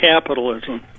capitalism